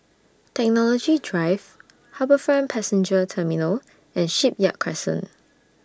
Technology Drive HarbourFront Passenger Terminal and Shipyard Crescent